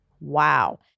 Wow